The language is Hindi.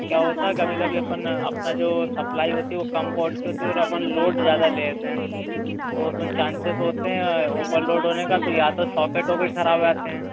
क्या होता कभी कभी अपन अपना जो सप्लाई होती हे वो कम वॉट की होती हे और अपन लोड ज़्यादा ले लेते हैं तो उस में चांसेस होते हैं ओवरलोड होने का तो या तो साकेट वोकेट ख़राब रहते हैं